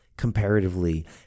comparatively